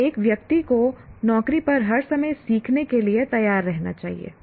तो एक व्यक्ति को नौकरी पर हर समय सीखने के लिए तैयार रहना चाहिए